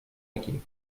aquí